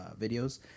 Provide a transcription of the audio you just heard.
videos